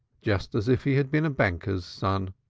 just as if he had been a banker's son,